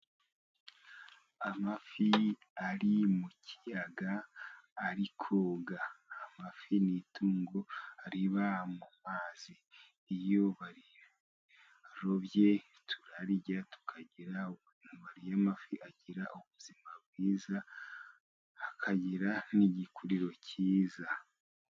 Amafi ari mu kiyaga ari koga. Amafi ni itungo riba mu mazi iyo barirobye, turarirya tukagira ubuzima. Amafi agira ubuzima bwiza akagira n'igikuriro cyiza.